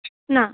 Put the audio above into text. না